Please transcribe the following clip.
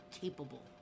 capable